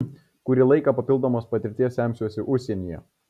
kurį laiką papildomos patirties semsiuosi užsienyje